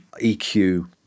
EQ